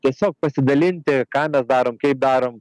tiesiog pasidalinti ką mes darom kaip darom